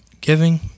giving